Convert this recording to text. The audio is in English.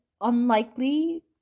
unlikely